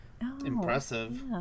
Impressive